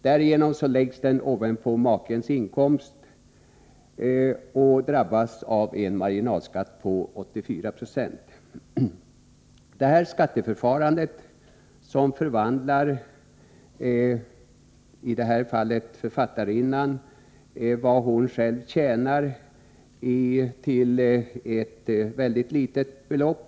Därigenom läggs den ovanpå makens inkomst och drabbas av en marginalskatt på 8496. Detta skatteförfarande förvandlar i det här fallet vad författarinnan själv tjänar till ett mycket litet belopp.